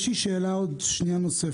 יש לי שאלה נוספת,